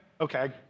okay